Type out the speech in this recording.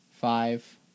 five